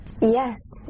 yes